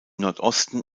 nordosten